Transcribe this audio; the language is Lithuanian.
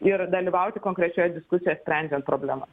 ir dalyvauti konkrečioje diskusijoje sprendžiant problemas